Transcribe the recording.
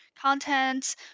content